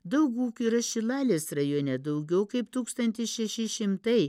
daug ūkių yra šilalės rajone daugiau kaip tūkstantis šeši šimtai